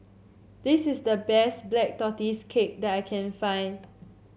this is the best Black Tortoise Cake that I can find